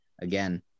Again